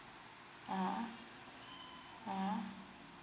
(uh huh) (uh huh)